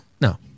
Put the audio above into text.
No